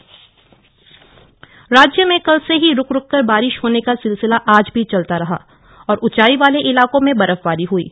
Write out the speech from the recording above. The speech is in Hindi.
मौसम राज्य में कल से ही रूक रूक कर बारिश होने का सिलसिला आज भी चलता रहा और ऊचाई वाले इलाको में बर्फवारी हुयी